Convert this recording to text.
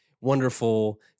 wonderful